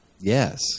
Yes